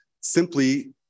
simply